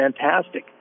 fantastic